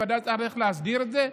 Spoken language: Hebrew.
בוודאי צריך להסדיר את זה.